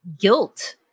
guilt